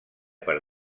per